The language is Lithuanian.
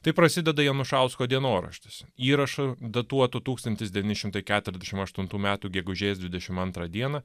taip prasideda janušausko dienoraštis įrašų datuotų tūkstantis devyni šimtai keturiasdešimt aštuntų metų gegužės dvidešimt antrą dieną